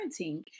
parenting